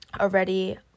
already